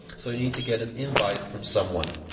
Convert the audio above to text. so you need to get an invite from someone.